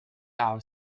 our